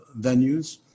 venues